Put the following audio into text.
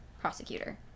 prosecutor